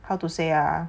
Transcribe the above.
how to say ah